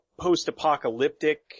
post-apocalyptic